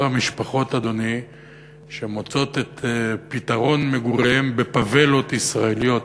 המשפחות שמוצאות את פתרון מגוריהן בפאבלות ישראליות.